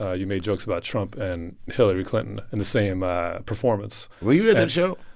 ah you made jokes about trump and hillary clinton in the same ah performance were you at that show?